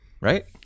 right